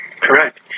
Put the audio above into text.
correct